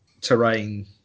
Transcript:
terrain